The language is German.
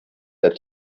der